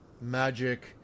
Magic